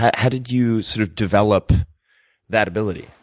how did you sort of develop that ability?